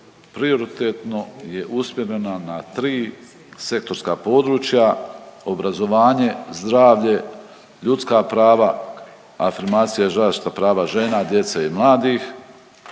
prioritetno je usmjerena na tri sektorska područja obrazovanje, zdravlje, ljudska prava, afirmacija žarišta prava žena, djece i mladih,